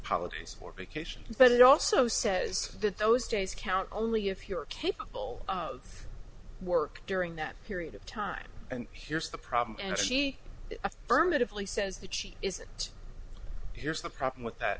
policies or vacations but it also says that those days count only if you're capable of work during that period of time and here's the problem and she affirmatively says that she isn't here's the problem with that